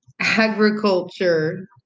agriculture